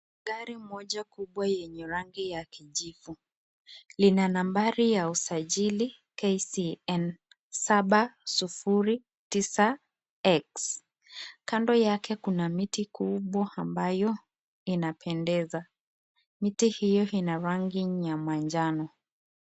Gari moja kubwa yenye rangi ya kijivu ina nambari ya usajili KCM saba, sufuri, tisa, X, kando yake kuna miti kubwa ambayo inapendeza, miti hio ina rangi ya manjano.